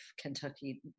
Kentucky